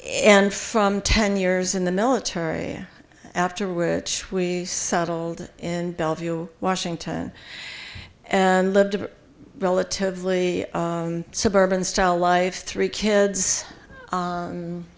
and from ten years in the military after which we settled in bellevue washington and lived a relatively suburban style life three